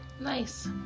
nice